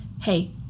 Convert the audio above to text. hey